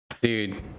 dude